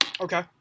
Okay